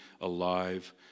alive